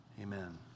Amen